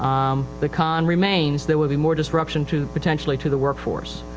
um, the con remains there will be more disruption to, potentially to the workforce.